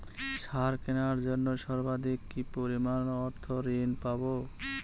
সার কেনার জন্য সর্বাধিক কি পরিমাণ অর্থ ঋণ পাব?